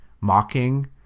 mocking